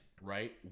right